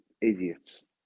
idiots